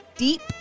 Deep